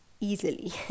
easily